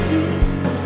Jesus